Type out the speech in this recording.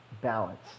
Balance